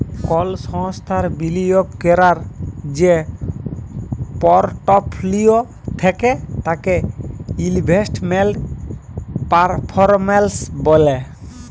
call সংস্থার বিলিয়গ ক্যরার যে পরটফলিও থ্যাকে তাকে ইলভেস্টমেল্ট পারফরম্যালস ব্যলে